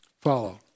follow